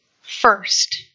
first